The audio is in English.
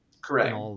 Correct